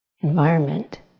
environment